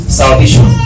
salvation